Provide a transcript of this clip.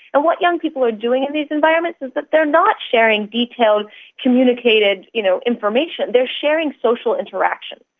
and what young people are doing in these environments is but they're not sharing detailed communicated you know information, they're sharing social interaction,